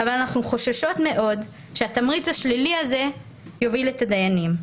אבל אנחנו חוששות מאוד שהתמריץ השלילי הזה יוביל את הדיינים.